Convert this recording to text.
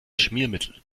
schmiermittel